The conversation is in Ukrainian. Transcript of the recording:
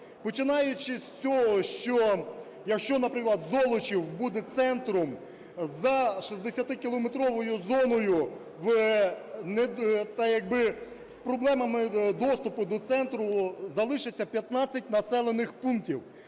Починаючи з цього, що, якщо, наприклад, Злочів буде центром за 60-кілометровою зоною, так як би з проблемами доступу до центру залишиться 15 населених пунктів